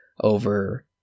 over